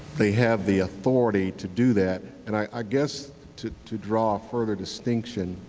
they have the authority to do that and i guess to to draw a further distinction,